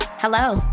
Hello